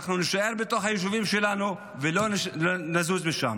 אנחנו נישאר בתוך היישובים שלנו ולא נזוז משם.